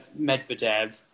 Medvedev